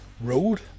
road